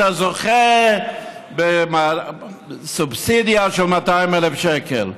אתה זוכה בסובסידיה של 200,000 שקל.